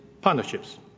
partnerships